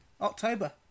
october